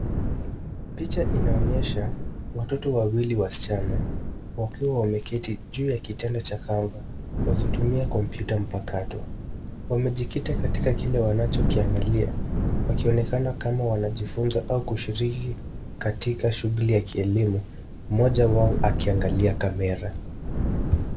Picha inaonyesha watoto wawili wasichana wakiwa Wameketi juu ya kitanda cha kamba wakitumia kompyuta mpakato. Wamejikita katika kile wanachokiangalia. Wakionekana kama anajifunza au kushiriki katika shughuli ya kielimu mmoja wao akiangalia kamera.